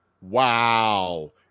Wow